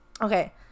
Okay